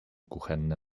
kuchenne